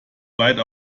weit